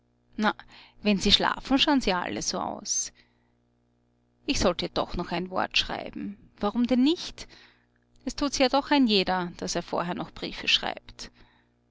na wenn sie schlafen schau'n sie alle so aus ich sollt ihr doch noch ein wort schreiben warum denn nicht es tut's ja doch ein jeder daß er vorher noch briefe schreibt